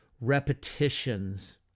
repetitions